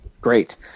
Great